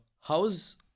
how's